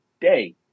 day